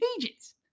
pages